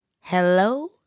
Hello